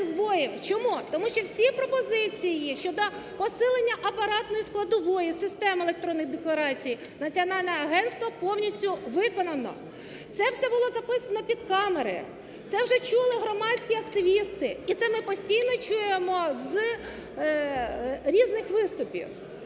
Чому? Тому що всі пропозиції щодо посилення апаратної складової системи електронних декларацій національним агентством повністю виконано. Це все було записано під камери, це вже чули громадські активісти і це ми постійно чуємо з різних виступів.